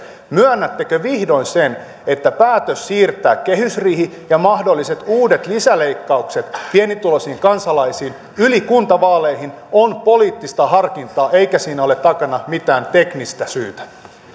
myönnättekö vihdoin sen että päätös siirtää kehysriihi ja mahdolliset uudet lisäleikkaukset pienituloisilta kansalaisilta yli kuntavaalien on poliittista harkintaa eikä siinä ole takana mitään teknistä syytä